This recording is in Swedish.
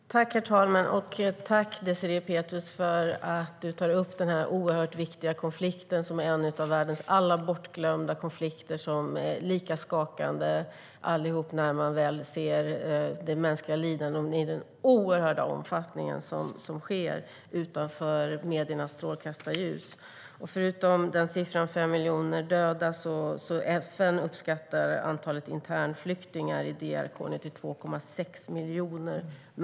STYLEREF Kantrubrik \* MERGEFORMAT Svar på interpellationerFörutom siffran på 5 miljoner döda uppskattar FN antalet internflyktingar i DRK till 2,6 miljoner.